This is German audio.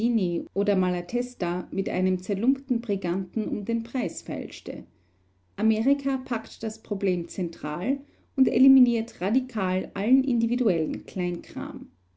oder malatesta mit einem zerlumpten briganten um den preis feilschte amerika packt das problem zentral und eliminiert radikal allen individuellen kleinkram